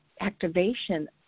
activation